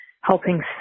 helping